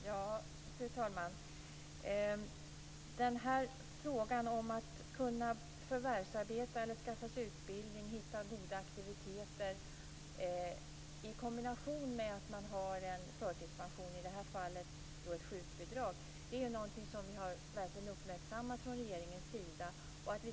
Fru talman! Frågan om att kunna förvärvsarbeta eller skaffa sig utbildning och hitta goda aktiviteter, i kombination med att man har förtidspension - i det här fallet i form av sjukbidrag - är något som verkligen har uppmärksammats från regeringens sida.